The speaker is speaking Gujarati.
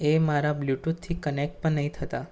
એ મારા બ્લૂટૂથથી કનેક્ટ પણ નથી થતાં